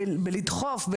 בלדחוף,